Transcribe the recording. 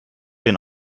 den